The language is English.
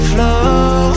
Flow